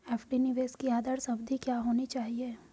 FD निवेश की आदर्श अवधि क्या होनी चाहिए?